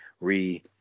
re